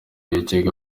yajyaga